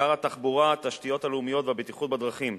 שר התחבורה, התשתיות הלאומיות והבטיחות בדרכים,